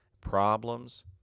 problems